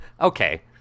Okay